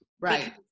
Right